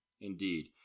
Indeed